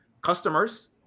customers